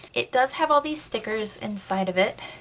it does have all these stickers inside of it.